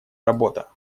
работа